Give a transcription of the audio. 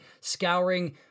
Scouring